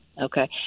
okay